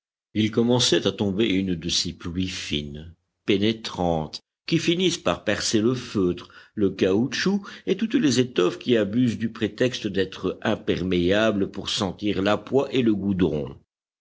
il commençait à tomber une de ces pluies fines pénétrantes qui finissent par percer le feutre le caoutchouc et toutes les étoffes qui abusent du prétexte d'être imperméables pour sentir la poix et le goudron